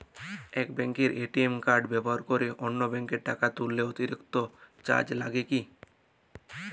এক ব্যাঙ্কের ATM card ব্যবহার করে অন্য ব্যঙ্কে টাকা তুললে অতিরিক্ত চার্জ লাগে কি?